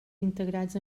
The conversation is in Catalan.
integrats